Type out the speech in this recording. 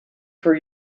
for